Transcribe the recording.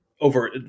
over